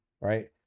right